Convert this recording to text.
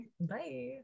bye